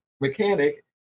mechanic